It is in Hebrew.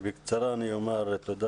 בקצרה אני אומר: תודה,